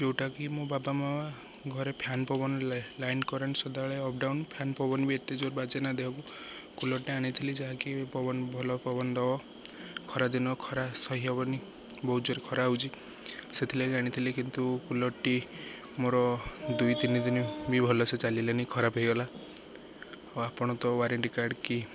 ଯେଉଁଟାକି ମୋ ବାବା ମାଆ ଘରେ ଫ୍ୟାନ୍ ପବନ ନ ଲାଇନ୍ କରେଣ୍ଟ ସଦାବେଳେ ଅପ୍ ଡାଉନ୍ ଫ୍ୟାନ୍ ପବନ ବି ଏତେ ଜୋର ବାଜେନା ଦେହକୁ କୁଲରଟେ ଆଣିଥିଲି ଯାହାକି ପବନ ଭଲ ପବନ ଦେବ ଖରାଦିନ ଖରା ସହି ହବନି ବହୁତ ଜୋର ଖରା ହେଉଛି ସେଥିଲାଗି ଆଣିଥିଲି କିନ୍ତୁ କୁଲରଟି ମୋର ଦୁଇ ତିନି ଦିନ ବି ଭଲସେ ଚାଲିଲାନି ଖରାପ ହେଇଗଲା ଆଉ ଆପଣ ତ ୱାରେଣ୍ଟି କାର୍ଡ଼ କି